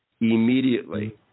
Immediately